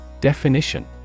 Definition